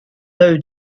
low